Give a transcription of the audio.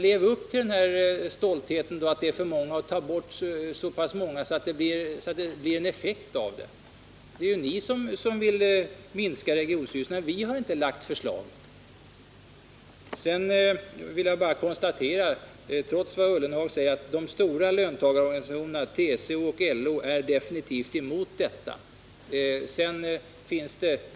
Lev upp till den stolta deklarationen om att det är för många representanter genom att ta bort så många att det blir någon effekt av det! Det är ju ni som vill minska antalet representanter i regionstyrelserna. Vi har inte lagt fram det här förslaget. Sedan vill jag bara konstatera, trots det som Jörgen Ullenhag sade, att de stora löntagarorganisationerna LO och TCO definitivt är emot detta.